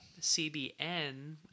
CBN